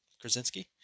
Krasinski